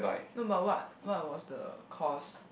no but what what was the cause